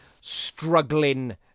struggling